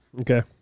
Okay